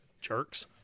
jerks